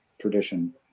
Tradition